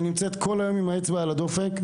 והיא נמצאת כל העת עם האצבע על הדופק,